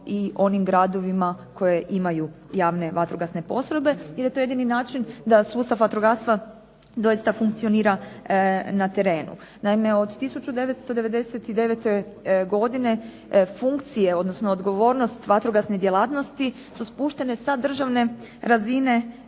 i onim gradovima koje imaju javne vatrogasne postrojbe i da je to jedini način da sustav vatrogastva doista funkcionira na terenu. Naime, od 1990. godine funkcije odnosno odgovornost vatrogasne djelatnosti su spuštene sa državne razine